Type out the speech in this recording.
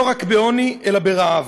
לא רק בעוני, אלא ברעב.